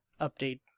update